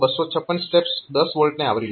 તો 256 steps 10 V ને આવરી લેશે